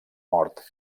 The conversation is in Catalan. mort